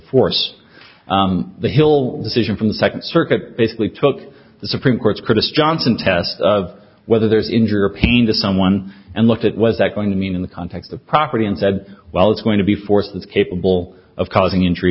force the hill decision from the second circuit basically took the supreme court's critics johnson test of whether there's injure pain to someone and looked at was that going to mean in the context of property and said well it's going to be forces capable of causing injury